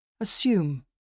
Assume